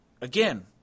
again –